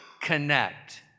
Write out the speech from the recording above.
connect